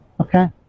Okay